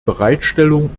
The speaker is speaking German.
bereitstellung